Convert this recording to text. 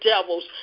devils